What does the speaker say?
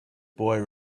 boy